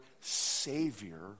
Savior